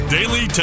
Daily